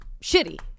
shitty